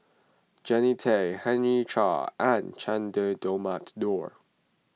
Jannie Tay Henry Chia and Che Dah Mohamed Noor